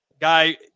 Guy